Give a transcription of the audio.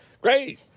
great